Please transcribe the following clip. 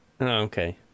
okay